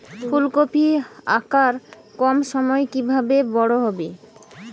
ফুলকপির আকার কম সময়ে কিভাবে বড় হবে?